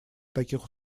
таких